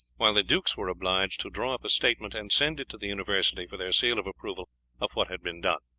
while the dukes were obliged to draw up a statement and send it to the university for their seal of approval of what had been done.